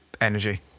energy